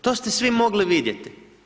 To ste svi mogli vidjeti.